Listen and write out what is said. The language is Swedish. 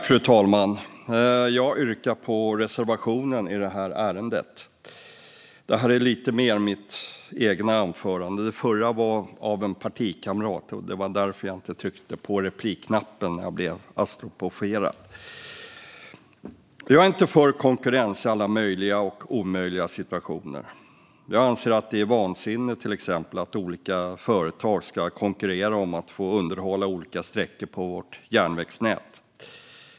Fru talman! Jag yrkar bifall till reservationen i detta ärende. Detta är lite mer mitt eget anförande. Det förra var av en partikamrat, och det var därför jag inte tryckte på replikknappen när jag blev apostroferad. Jag är inte för konkurrens i alla möjliga och omöjliga situationer. Jag anser till exempel att det är vansinne att olika företag ska konkurrera om att få underhålla olika sträckor i vårt järnvägsnät.